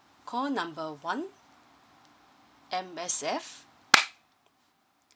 call number one M_S_F